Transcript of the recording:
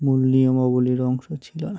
মূল্যিয়মাবলির অংশ ছিল না